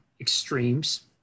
extremes